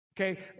Okay